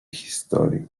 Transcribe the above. historii